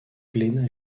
glénat